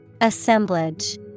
Assemblage